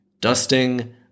dusting